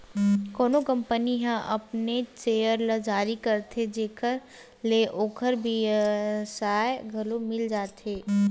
कोनो कंपनी ह अपनेच सेयर ल जारी करथे जेखर ले ओखर बिसइया घलो मिल जाथे